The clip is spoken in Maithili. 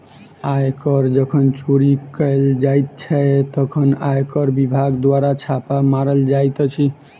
आयकर जखन चोरी कयल जाइत छै, तखन आयकर विभाग द्वारा छापा मारल जाइत अछि